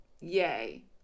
Yay